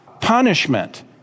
punishment